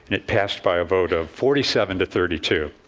it passed by a vote of forty seven to thirty two.